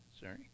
sorry